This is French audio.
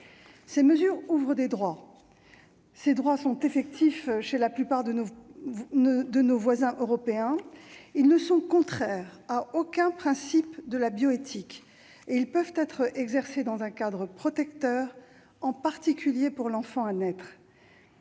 Ces mesures ouvrent des droits. Ces droits sont effectifs chez la plupart de nos voisins européens ; ils ne sont contraires à aucun principe de la bioéthique et ils peuvent être exercés dans un cadre protecteur, en particulier pour l'enfant à naître.